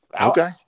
Okay